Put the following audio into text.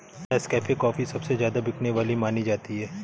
Nescafe coffee सबसे ज्यादा बिकने वाली मानी जाती है